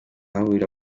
hahurira